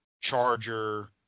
Charger